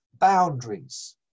boundaries